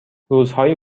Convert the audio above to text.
روزهای